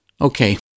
Okay